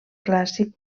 clàssic